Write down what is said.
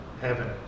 heaven